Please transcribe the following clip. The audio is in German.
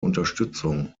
unterstützung